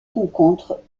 rencontres